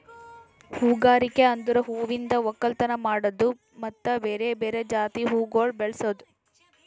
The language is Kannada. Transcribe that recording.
ಹೂಗಾರಿಕೆ ಅಂದುರ್ ಹೂವಿಂದ್ ಒಕ್ಕಲತನ ಮಾಡದ್ದು ಮತ್ತ ಬೇರೆ ಬೇರೆ ಜಾತಿ ಹೂವುಗೊಳ್ ಬೆಳಸದ್